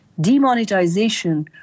demonetization